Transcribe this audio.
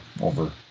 over